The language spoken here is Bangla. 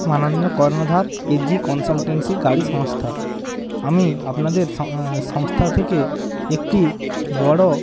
মাননীয় কর্ণধার ইজি কনসালট্যান্সি গাড়ি সংস্থা আমি আপনাদের সংস্থা থেকে একটি বড়